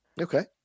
Okay